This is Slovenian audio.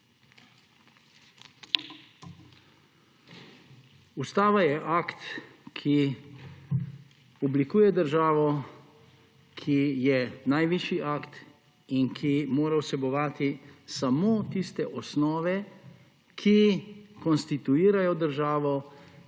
Ustava je akt, ki oblikuje državo, ki je najvišji akt in ki mora vsebovati samo tiste osnove, ki konstituirajo državo,